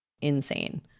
insane